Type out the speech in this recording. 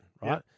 right